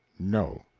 no.